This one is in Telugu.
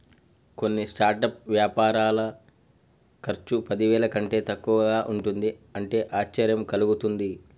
కొన్ని స్టార్టప్ వ్యాపారుల ఖర్చు పదివేల కంటే తక్కువగా ఉంటుంది అంటే ఆశ్చర్యం కలుగుతుంది